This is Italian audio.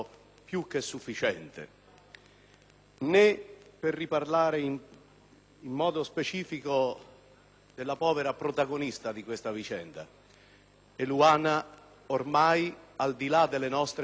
né per parlare nuovamente in modo specifico della povera protagonista di questa vicenda. Eluana ormai, al di là delle nostre parole, si trova